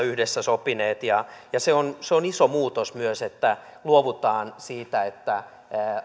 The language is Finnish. yhdessä sopineet se on se on iso muutos myös että luovutaan siitä että